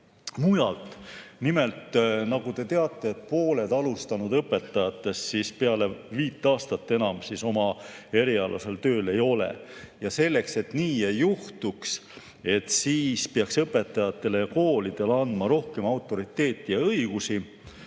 mujalt. Nimelt, nagu te teate, pooled alustanud õpetajatest peale viit aastat enam oma erialasel tööl ei ole. Selleks, et nii ei juhtuks, peaks õpetajatele ja koolidele andma rohkem autoriteeti ja õigusi.